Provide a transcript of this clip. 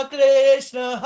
Krishna